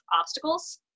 obstacles